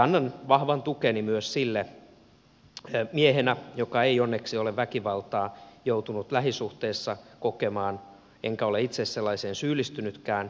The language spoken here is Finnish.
annan vahvan tukeni myös sille miehenä joka ei onneksi ole väkivaltaa joutunut lähisuhteessa kokemaan eikä ole itsekään sellaiseen syyllistynytkään